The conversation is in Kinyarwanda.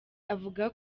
avuga